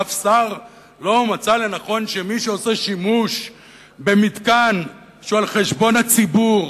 אף שר לא מצא לנכון שמי שעושה שימוש במתקן שהוא על חשבון הציבור,